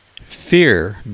Fear